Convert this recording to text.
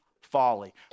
folly